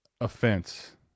offense